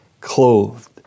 clothed